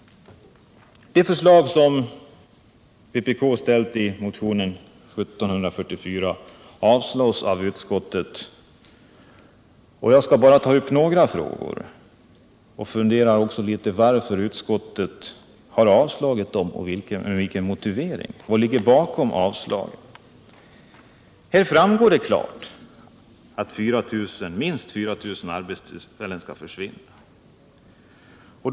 De förslag som vpk ställt i motionen 1744 avstyrks av utskottet. Jag skall bara ta upp några frågor och uttrycka en del funderingar över varför utskottet avstyrkt motionerna och vad som ligger bakom avstyrkandena. Det framgår klart att minst 4 000 arbetstillfällen försvinner.